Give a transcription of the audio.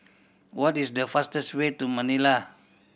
what is the fastest way to Manila